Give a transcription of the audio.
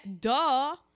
duh